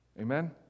Amen